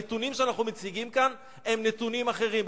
הנתונים שאנחנו מציגים כאן הם נתונים אחרים.